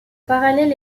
parallèle